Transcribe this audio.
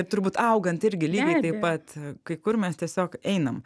turbūt augant irgi lygiai taip pat kai kur mes tiesiog einam